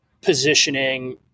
positioning